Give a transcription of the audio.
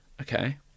Okay